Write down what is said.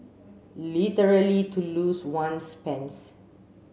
literally to lose one's pants